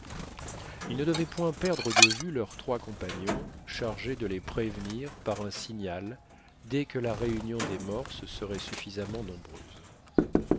ils ne devaient point perdre de vue leurs trois compagnons chargés de les prévenir par un signal dès que la réunion des morses serait suffisamment nombreuse